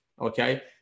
okay